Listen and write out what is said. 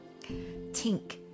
Tink